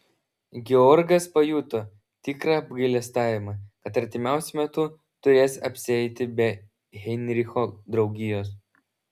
georgas pajuto tikrą apgailestavimą kad artimiausiu metu turės apsieiti be heinricho draugijos